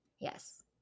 Yes